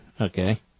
okay